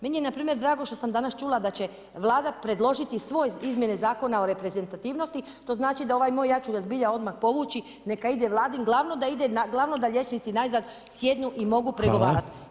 Meni je npr. drago što sam danas čula da će Vlada predložiti svoje izmjene zakona o reprezentativnosti, to znači da ovaj, ja ću ga zbilja odmah povući, neka ide Vladin, glavno da liječnici najzad sjednu i mogu pregovarati.